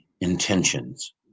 intentions